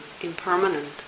impermanent